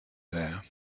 there